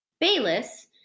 Bayless